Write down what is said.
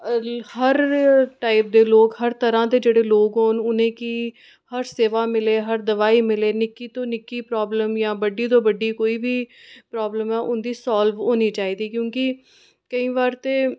हर type दे लोक हर तरह दे डेह्ड़े लोक होन उनेंगी हर सेवा मिले हर दवाई मिले निक्की तों निक्की प्राब्लम जां बड्डी तों बड़्ड़ी कोई बी प्राब्लम ऐ उंदी साल्व होनी चाहिदी क्योंकि केईं बार ते